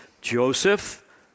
Joseph